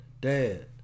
Dad